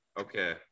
Okay